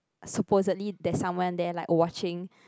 supposedly there's someone there like watching